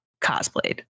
cosplayed